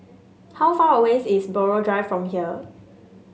how far away is Buroh Drive from here